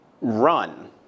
run